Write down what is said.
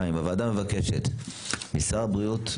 2. הוועדה מבקשת משר הבריאות,